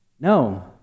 No